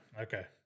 Okay